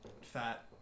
fat